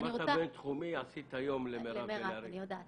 אני רוצה